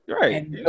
Right